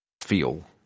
feel